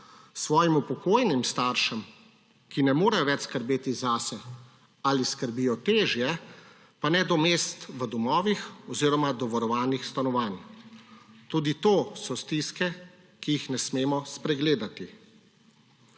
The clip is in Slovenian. svojim upokojenim staršem, ki ne morejo več skrbeti zase ali skrbijo težje, pa ne do mest v domovih oziroma do varovanih stanovanj. Tudi to so stiske, ki jih ne smemo spregledati.